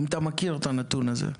האם אתה מכיר את הנתון הזה?